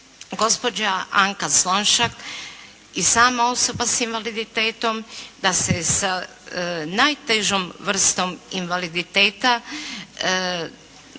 gospođa Anka Slonjšak i sama osoba s invaliditetom, da se s najtežom vrstom invaliditeta